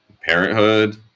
Parenthood